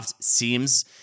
seems